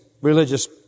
religious